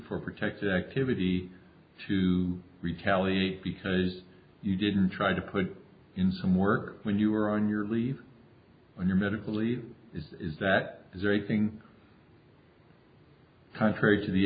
for protected activity to retaliate because you didn't try to put in some work when you were on your leave on your medical leave is that very thing contrary to the